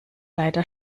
leider